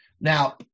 Now